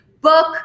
book